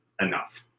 enough